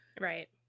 Right